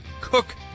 cook